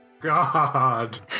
God